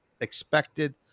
expected